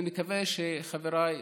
אני מקווה, חבריי,